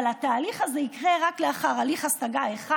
אבל התהליך הזה יקרה רק לאחר הליך השגה אחד,